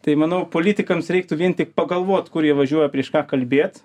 tai manau politikams reiktų vien tik pagalvot kur jie važiuoja prieš ką kalbėt